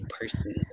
person